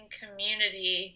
community